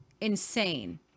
insane